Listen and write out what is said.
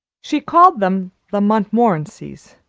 she called them the montmorencys,